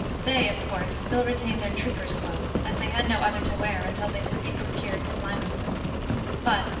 they, of course, still retained their troopers' clothes, as they had no other to wear until they could be procured from lymington but,